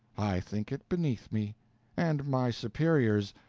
i think it beneath me and my superiors!